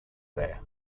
there